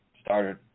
started